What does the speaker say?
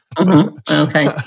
Okay